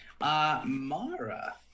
Mara